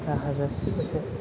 दा हाजासे